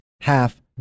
half